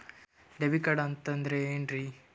Debit card ಅಂತಂದ್ರೆ ಏನ್ರೀ?